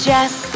Jess